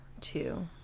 two